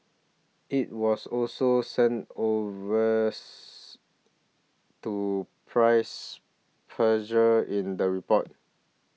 it was also sent arrest to price pressures in the report